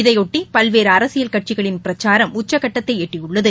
இதைபொட்டி பல்வேறு அரசியல் கட்சிகளின் பிரச்சாரம் உச்சக்கட்டத்தை எட்டியுள்ளது